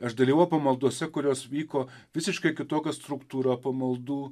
aš dalyvavau pamaldose kurios vyko visiškai kitokia struktūra pamaldų